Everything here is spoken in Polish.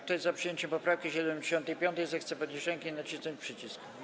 Kto jest za przyjęciem poprawki 75., zechce podnieść rękę i nacisnąć przycisk.